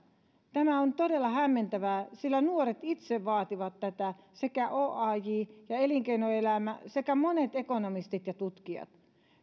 tämä on todella hämmentävää sillä nuoret itse vaativat tätä sekä oaj ja elinkeinoelämä sekä monet ekonomistit ja tutkijat